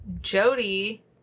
Jody